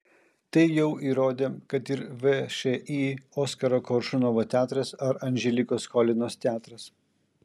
tai jau įrodė kad ir všį oskaro koršunovo teatras ar anželikos cholinos teatras